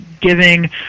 giving